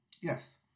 Yes